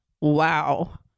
Wow